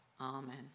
Amen